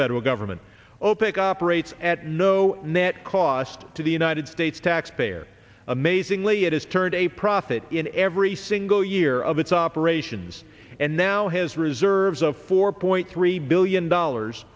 federal government opec operates at no net cost to the united states taxpayer amazingly it has turned a profit in every single year of its operations and now has reserves of four point three billion dollars